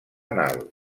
anal